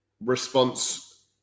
response